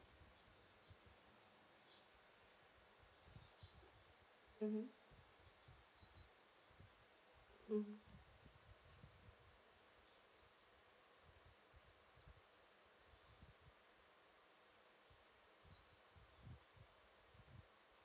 mm mm